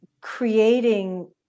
creating